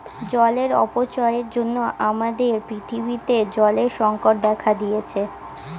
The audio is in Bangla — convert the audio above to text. জলের অপচয়ের জন্য আমাদের পৃথিবীতে জলের সংকট দেখা দিয়েছে